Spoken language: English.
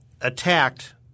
attacked